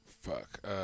Fuck